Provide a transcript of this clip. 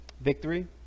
Victory